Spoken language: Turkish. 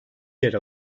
yer